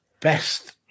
best